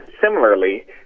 similarly